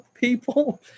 people